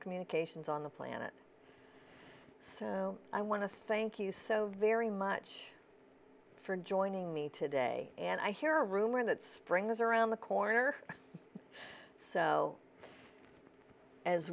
communications on the planet i want to thank you so very much for joining me today and i hear a rumor that springs around the corner so as